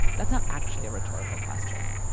that's not actually a rhetorical question.